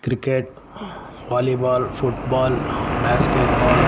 cricket volleyball football basket ball